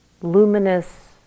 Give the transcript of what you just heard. luminous